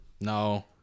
No